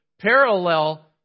parallel